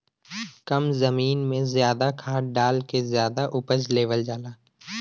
कम जमीन में जादा खाद डाल के जादा उपज लेवल जाला